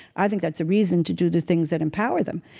i think that's a reason to do the things that empower them.